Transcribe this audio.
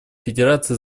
федерации